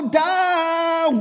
down